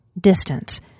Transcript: distance